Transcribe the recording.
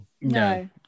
No